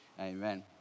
Amen